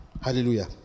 Hallelujah